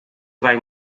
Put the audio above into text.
vai